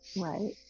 Right